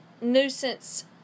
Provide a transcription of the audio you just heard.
nuisance